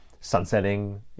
sunsetting